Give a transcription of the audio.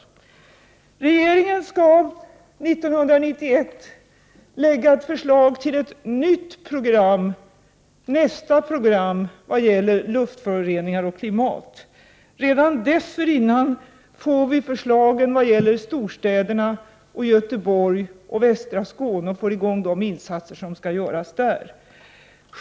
fäfiken Regeringen skall 1991 lägga fram förslag till nästa program vad gäller luftföroreningar och klimat. Redan dessförinnan kommer förslagen vad gäller storstäderna, Göteborg och västra Skåne, och de insatser som skall göras där sätts i gång.